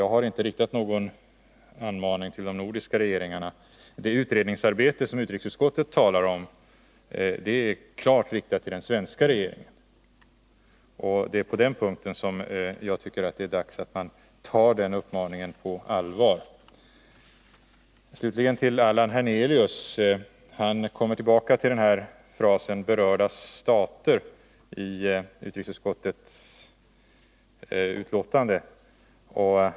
Jag har inte riktat någon anmaning till de nordiska regeringarna. Utrikesutskottets uttalande om ett utredningsarbete är klart riktat till den svenska regeringen. Och det är på den punkten som jag tycker att det är dags att denna uppmaning tas på allvar. Allan Hernelius kommer tillbaka till frasen ”berörda stater” i utrikesutskottets betänkande.